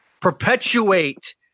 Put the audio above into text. perpetuate